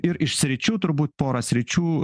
ir iš sričių turbūt porą sričių